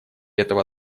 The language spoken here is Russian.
этого